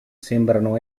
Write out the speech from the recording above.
sembrano